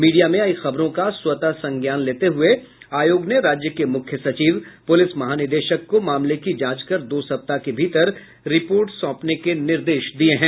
media में आयी खबरों का स्वतः संज्ञान लेते हुए आयोग ने राज्य के मुख्य सचिव पुलिस महानिदेशक को मामले की जांच कर दो सप्ताह के भीतर रिपोर्ट सौंपने के निर्देश दिये हैं